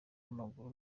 w’amaguru